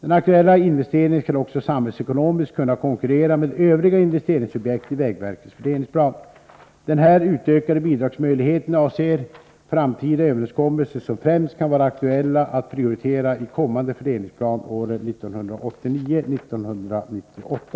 Den aktuella investeringen skall också samhällsekonomiskt kunna konkurrera med övriga investeringsobjekt i vägverkets fördelningsplan. Den här utökade bidragsmöjligheten avser framtida överenskommelser som främst kan vara aktuella att prioritera i kommande fördelningsplan åren 1989-1998.